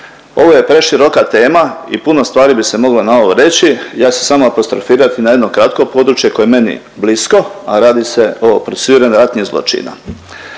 Ovo je preširoka tema i puno stvari bi se moglo na ovo reći, ja ću se samo apostrofirati na jedno kratko područje koje je meni blisko, a radi se o procesuiranju ratnih zločina.